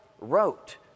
wrote